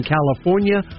California